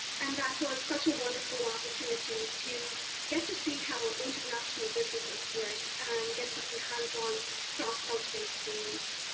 and that was such a wonderful opportunity to get to see how international businesses work and get some hands on cross cultural experience.